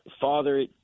father